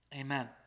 Amen